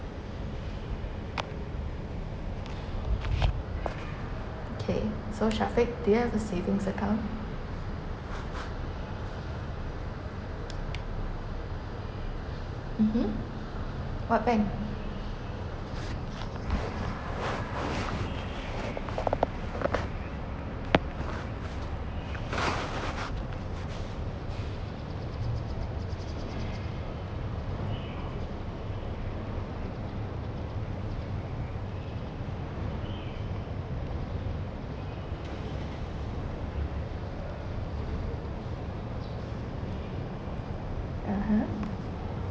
okay so shafiq do you have a savings account mmhmm what bank (uh huh)